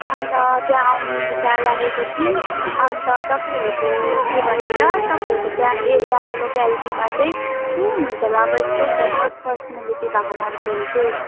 अन्त त्यहाँ आउने विचार राखेको थियौँ अन्त तपाईँहरूको के भन्छ तपाईँहरूको त्यहाँ एरिया लोकेलिटीमा चाहिँ को हुनुहुन्छ हला अब यस्तो फेमस पर्सान्यालिटी भएको मान्छेहरू चाहिँ